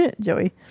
Joey